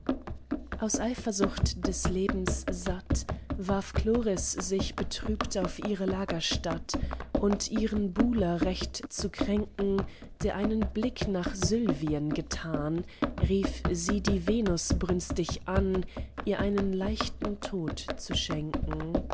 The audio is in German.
aus eifersucht des lebens satt warf chloris sich betrübt auf ihre lagerstatt und ihren buhler recht zu kränken der einen blick nach sylvien getan rief sie die venus brünstig an ihr einen leichten tod zu schenken